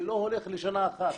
זה לא הולך לשנה אחת.